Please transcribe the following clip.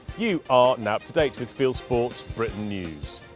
you are now up to date with fieldsports britain news.